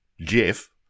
Jeff